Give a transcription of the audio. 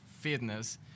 fitness